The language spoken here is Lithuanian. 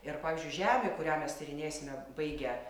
ir pavyzdžiui žemė kurią mes tyrinėsime baigę